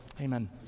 Amen